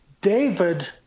David